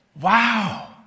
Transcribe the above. wow